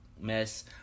mess